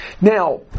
Now